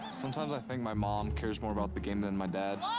sometimes, i think my mom cares more about the game than my dad.